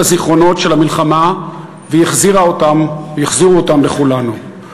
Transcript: הזיכרונות של המלחמה והחזירו אותם לכולנו,